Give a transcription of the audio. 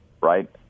right